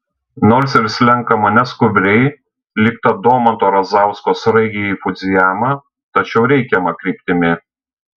nors ir slenkama neskubriai lyg ta domanto razausko sraigė į fudzijamą tačiau reikiama kryptimi